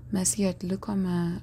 mes jį atlikome